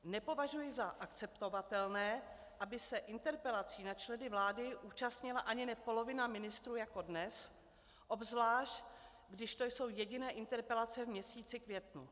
Nepovažuji za akceptovatelné, aby se interpelací na členy vlády účastnila ani ne polovina ministrů jako dnes, obzvlášť když to jsou jediné interpelace v měsíci květnu.